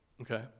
Okay